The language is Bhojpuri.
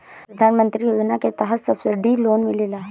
प्रधान मंत्री योजना के तहत सब्सिडी लोन मिलेला